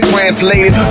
Translated